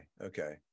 Okay